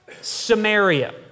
Samaria